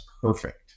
perfect